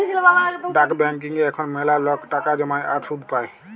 ডাক ব্যাংকিংয়ে এখল ম্যালা লক টাকা জ্যমায় আর সুদ পায়